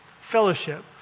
Fellowship